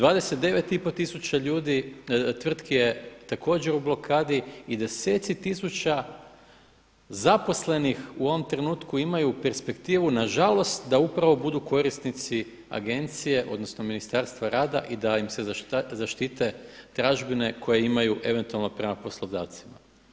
29,5 tisuća tvrtki je također u blokadi i deseci tisuća zaposlenih u ovom trenutku imaju perspektivu nažalost da upravo budu korisnici agencije odnosno Ministarstva rada i da im se zaštite tražbine koje imaju eventualno prema poslodavcima.